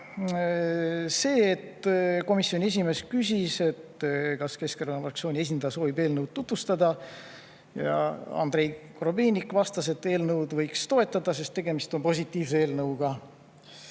selline, et komisjoni esimees küsis, kas Keskerakonna fraktsiooni esindaja soovib eelnõu tutvustada, ja Andrei Korobeinik vastas, et eelnõu võiks toetada, sest tegemist on positiivse eelnõuga.